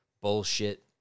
bullshit